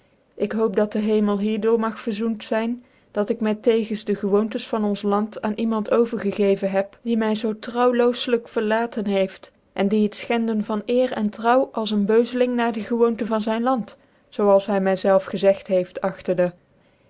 ik hoop dat den hemel hier door mag vcr zoent zijn dat ik my tegens de gewoon tens van ons land aan iemand over gegeven heb die my zoo trouwloos lijk verlaten heeft en die het feiten den van eer en trouw als een beuze ling na dc gewoonte van zyn land zoo als hy my zelfs gezegt heeft